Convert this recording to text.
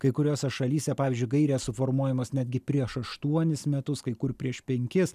kai kuriose šalyse pavyzdžiui gairės suformuojamos netgi prieš aštuonis metus kai kur prieš penkis